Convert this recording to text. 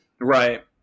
right